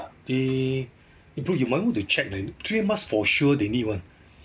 they eh bro you might want to check leh three M masks for sure they need [one]